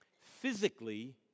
physically